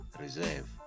Reserve